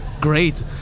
great